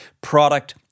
product